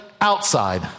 outside